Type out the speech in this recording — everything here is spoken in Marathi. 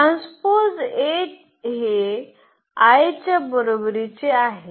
ट्रान्सपोज A हे I च्या बरोबरीचा आहे